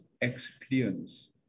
experience